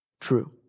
true